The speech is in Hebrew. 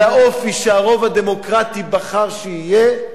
על האופי שהרוב הדמוקרטי בחר שיהיה.